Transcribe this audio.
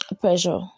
pressure